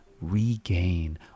regain